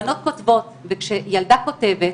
בנות כותבות, וכאשר ילדה כותבת,